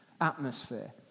atmosphere